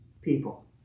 people